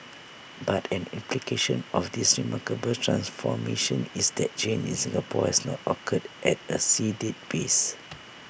but an implication of this remarkable transformation is that change in Singapore has not occurred at A sedate pace